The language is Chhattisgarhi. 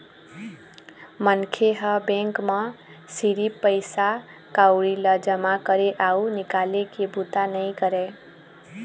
मनखे ह बेंक म सिरिफ पइसा कउड़ी ल जमा करे अउ निकाले के बूता नइ करय